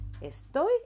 Estoy